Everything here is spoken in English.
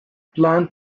plan